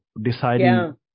deciding